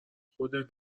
خودت